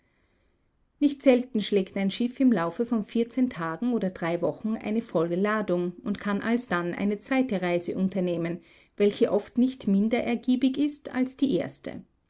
nicht selten schlägt ein schiff im laufe von vierzehn tagen oder drei wochen eine volle ladung und kann alsdann eine zweite reise unternehmen welche oft nicht minder ergiebig ist als die erste